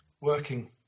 working